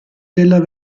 della